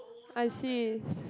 I see